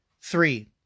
Three